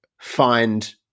find